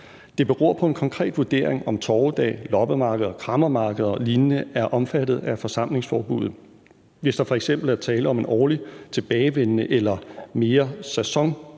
Det beror på en konkret vurdering af, om torvedage, loppemarkeder, kræmmermarkeder og lignende er omfattet af forsamlingsforbuddet. Hvis der f.eks. er tale om årligt tilbagevendende eller mere